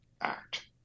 act